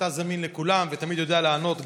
שאתה זמין לכולם ותמיד יודע לענות,